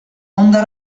onda